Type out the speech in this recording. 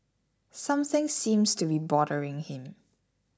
something seems to be bothering him